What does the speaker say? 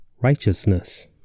righteousness